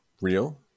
real